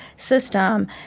system